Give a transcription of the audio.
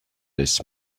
this